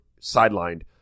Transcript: sidelined